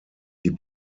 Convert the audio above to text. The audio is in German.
die